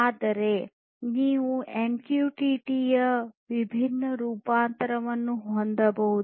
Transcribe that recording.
ಆದರೆ ನೀವು ಎಂಕ್ಯೂಟಿಟಿ ಯ ವಿಭಿನ್ನ ರೂಪಾಂತರವನ್ನು ಹೊಂದಬಹುದು